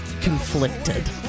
conflicted